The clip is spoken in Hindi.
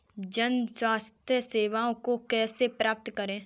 जन स्वास्थ्य सेवाओं को कैसे प्राप्त करें?